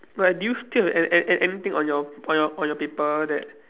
like do you still have an~ an~ anything on your on your on your paper that